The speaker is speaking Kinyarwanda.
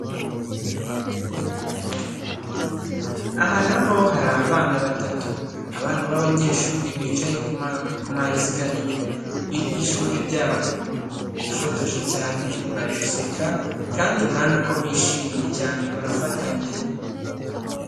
Aha naho hari abana batatu, abana b'abanyeshuri bicaye ku ma esikariye y'ishuri ryabo. Bifotoje cyane bari guseka, kandi urabona ko bishimye cyane barafatanye.